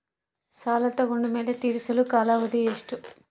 ಸಾಲ ತಗೊಂಡು ಮೇಲೆ ತೇರಿಸಲು ಕಾಲಾವಧಿ ಎಷ್ಟು?